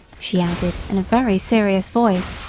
she added in a very serious voice,